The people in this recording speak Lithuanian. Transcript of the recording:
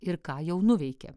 ir ką jau nuveikė